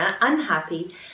unhappy